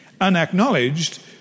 Unacknowledged